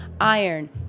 iron